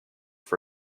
for